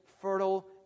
fertile